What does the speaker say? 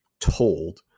told